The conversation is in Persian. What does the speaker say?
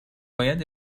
باید